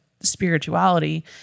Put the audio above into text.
spirituality